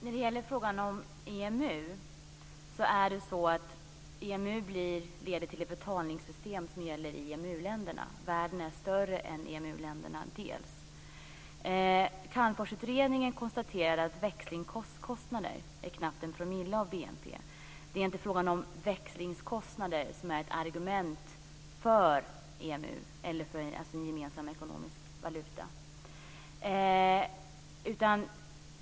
Fru talman! EMU leder till ett betalningssystem som gäller EMU-länderna. Men världen är större än Calmforsutredningen konstaterade att växlingskostnader är knappt en promille av BNP. Det är inte växlingskostnader som är ett argument för EMU eller för en gemensam ekonomisk valuta.